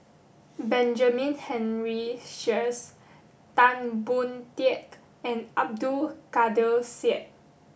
Benjamin Henry Sheares Tan Boon Teik and Abdul Kadir Syed